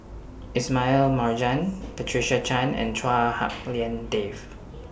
Ismail Marjan Patricia Chan and Chua Hak Lien Dave